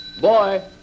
Boy